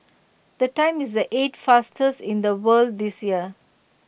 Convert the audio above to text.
the time is the eight fastest in the world this year